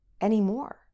anymore